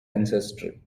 ancestry